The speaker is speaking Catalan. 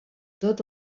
tot